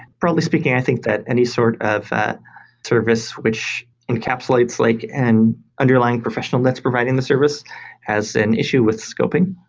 broadly speaking, i think that any sort of ah service which encapsulates like an underlying professional that's providing the service has an issue with scoping.